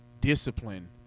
discipline